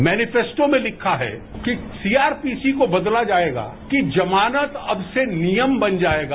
manifesto में लिखा है कि सीआरपीसी को बदला जाएगा कि जमानत अब से नियम बन जाएगा